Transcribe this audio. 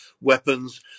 weapons